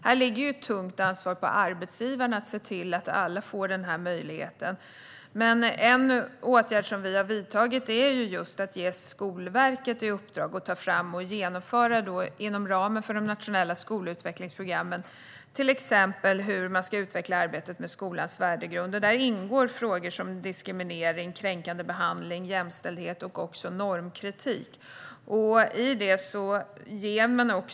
Det vilar ett tungt ansvar på arbetsgivarna att se till att alla får den möjligheten, men en åtgärd vi har vidtagit är att ge Skolverket i uppdrag att inom ramen för de nationella skolutvecklingsprogrammen ta fram och genomföra en plan för hur man ska utveckla arbetet med skolans värdegrund. Där ingår frågor som diskriminering, kränkande behandling, jämställdhet och normkritik.